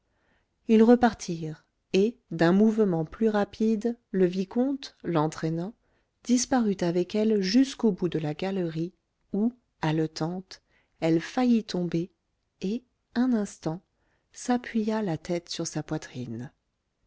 ils repartirent et d'un mouvement plus rapide le vicomte l'entraînant disparut avec elle jusqu'au bout de la galerie où haletante elle faillit tomber et un instant s'appuya la tête sur sa poitrine